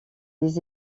des